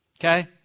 Okay